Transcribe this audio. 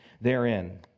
therein